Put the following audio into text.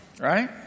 Right